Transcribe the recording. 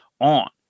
on